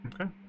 Okay